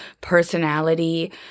personality